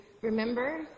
remember